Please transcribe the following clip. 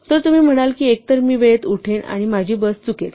तर तुम्ही म्हणाल की एकतर मी वेळेत उठेन किंवा माझी बस चुकेल